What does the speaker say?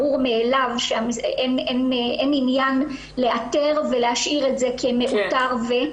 ברור מאליו שאין עניין לאתר ולהשאיר את כמאותר ו?